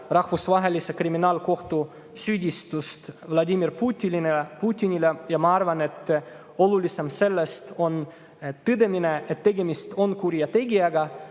Rahvusvahelise Kriminaalkohtu süüdistust Vladimir Putinile. Aga ma arvan, et olulisem sellest on tõdemine, et tegemist on kurjategijaga.